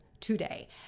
Today